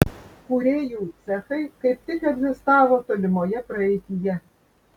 kūrėjų cechai kaip tik egzistavo tolimoje praeityje